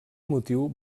motiu